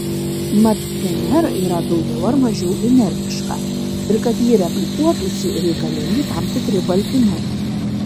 mat dnr yra daugiau ar mažiau inertiška ir kad ji replikuotųsi reikalingi tam tikri baltymai